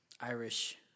Irish